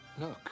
Look